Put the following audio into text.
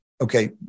okay